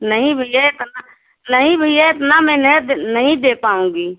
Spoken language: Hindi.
नहीं भैया इतना नहीं भैया इतना मैं नहीं दे नहीं दे पाऊँगी